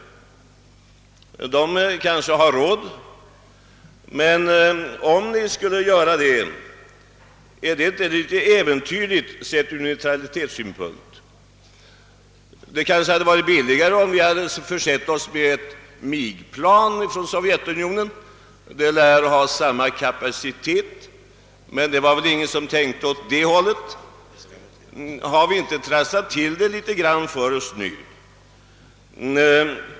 Sovjet kanske har råd, men är det inte ur neutralitetssynpunkt litet äventyrligt? Det kanske hade blivit billigare om vi hade försett oss med Mig-plan från Sovjetunionen — de lär ha samma kapacitet — men det var väl ingen som kom på den idén. Har vi inte trasslat till det litet grand för oss nu?